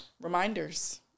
reminders